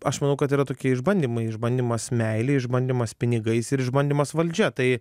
aš manau kad yra tokie išbandymai išbandymas meilei išbandymas pinigais ir išbandymas valdžia tai